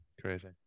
crazy